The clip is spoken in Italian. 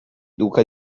duca